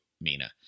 Mina